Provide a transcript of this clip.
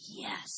Yes